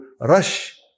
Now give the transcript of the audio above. rush